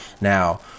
now